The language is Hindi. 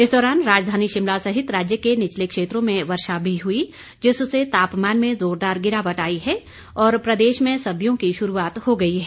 इस दौरान राजधानी शिमला सहित राज्य के निचले क्षेत्रों में वर्षा भी हुई जिससे तापमान में जोरदार गिरावट आई है और प्रदेश में सर्दियों की शुरूआत हो गई है